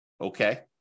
Okay